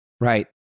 Right